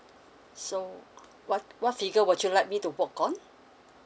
so what what figure would you like me to work on